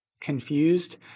confused